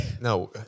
No